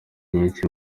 nyishi